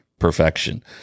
perfection